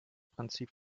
prinzip